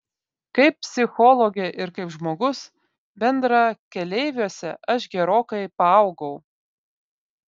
kaip psichologė ir kaip žmogus bendrakeleiviuose aš gerokai paaugau